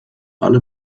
alle